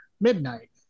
midnight